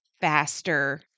faster